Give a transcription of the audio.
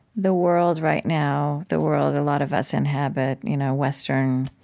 the world right now, the world a lot of us inhabit, you know western,